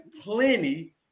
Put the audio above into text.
plenty